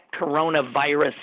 coronavirus